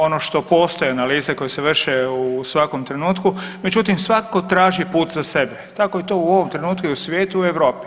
Ono što postoje analize koje se vrše u svakom trenutku, međutim svatko traži put za sebe tako je to u ovom trenutku i u svijetu i u Europi.